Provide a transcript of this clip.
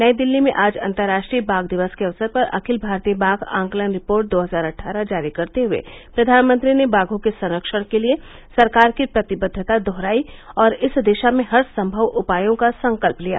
नई दिल्ली में आज अंतरराष्ट्रीय बाघ दिवस के अवसर पर अखिल भारतीय बाघ आकलन रिपोर्ट दो हजार अट्ठारह जारी करते हुए प्रधानमंत्री ने बाघों के संरक्षण के लिए सरकार की प्रतिबद्वता दोहराई और इस दिशा में हरसंभव उपायों का संकल्प लिया